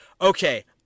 Okay